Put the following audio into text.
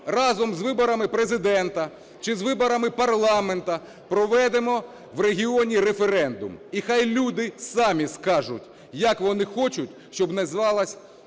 разом з виборами Президента чи з виборами парламенту проведемо в регіоні референдум. І хай люди самі скажуть, як вони хочуть, щоб називалась їх